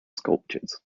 sculptures